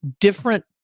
different